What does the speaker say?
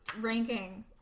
Ranking